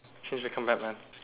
change and become Batman